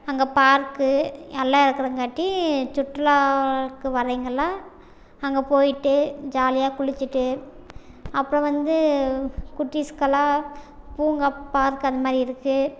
அங்கே பார்க்கு எல்லாம் இருக்கிறங்காட்டி சுற்றுலாக்கு வரைவங்கில்லாம் அங்கே போய்விட்டு ஜாலியாக குளிச்சுட்டு அப்புறம் வந்து குட்டிஸ்க்கெல்லாம் பூங்கா பார்க் அந்தமாதிரி இருக்குது